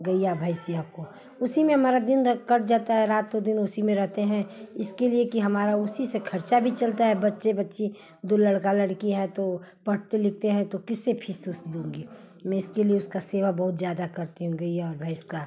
गैया भैंसिया को उसी में हमारा दिन रात कट जाता है रात और दिन उसी में रहते हैं इसके लिए कि हमारा उसी से खर्चा भी चलता है बच्चे बच्ची दो लड़का लड़की हैं तो पढ़ते लिखते हैं तो किससे फीस उस दूँगी मैं इसके लिए उसकी सेवा बहुत ज़्यादा करती हूँ गैया और भैंस का